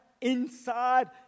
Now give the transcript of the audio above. inside